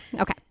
Okay